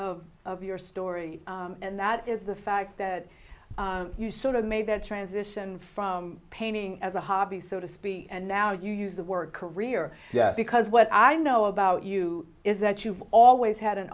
aspect of your story and that is the fact that you sort of made that transition from painting as a hobby so to speak and now you use the work career because what i know about you is that you've always had an